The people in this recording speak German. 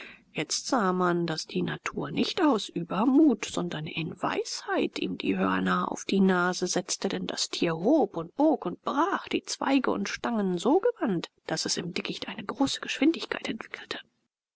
jetzt sah man daß die natur nicht aus übermut sondern in weisheit ihm die hörner auf die nase setzte denn das tier hob bog und brach die zweige und stangen so gewandt daß es im dickicht eine große geschwindigkeit entwickelte